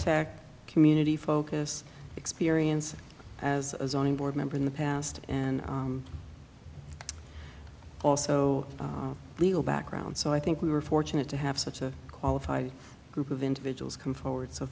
tech community focus experience as a board member in the past and also legal background so i think we were fortunate to have such a qualified group of individuals come forward so